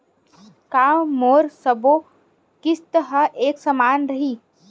का मोर सबो किस्त ह एक समान रहि?